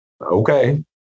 okay